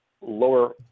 lower